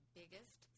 biggest